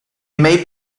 may